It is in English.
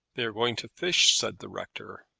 they are going to fish, said the rector.